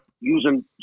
Using